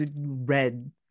red